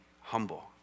humble